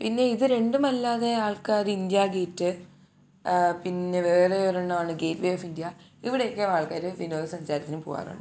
പിന്നെ ഇത് രണ്ടുമല്ലാതെ ആൾക്കാർ ഇന്ത്യ ഗേറ്റ് പിന്നെ വേറെ ഒരെണ്ണമാണ് ഗേറ്റ്വേ ഓഫ് ഇന്ത്യ ഇവിടെയൊക്കെ ആൾക്കാർ വിനോദസഞ്ചാരികൾ പോകാറുണ്ട്